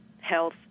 health